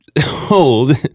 hold